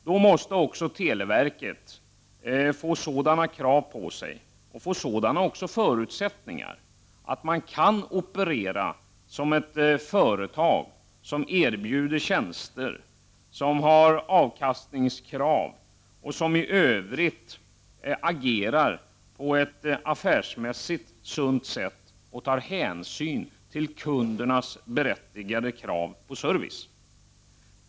Då måste också televerket få sådana krav på sig och även få sådana förutsättningar, att man kan operera som ett företag som erbjuder tjänster, som har avkastningskrav och som i övrigt agerar på ett affärsmässigt sunt sätt och tar hänsyn till kundernas berättigade krav på service.